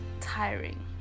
tiring